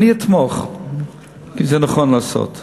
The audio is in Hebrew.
אני אתמוך כי זה נכון לעשות זאת,